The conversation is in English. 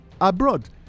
abroad